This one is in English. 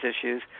issues